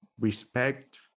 respect